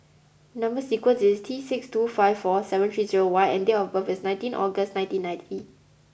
number sequence is T six two five four seven three zero Y nd date of birth is nineteen August nineteen ninety